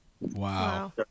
Wow